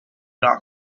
doc